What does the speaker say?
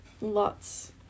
lots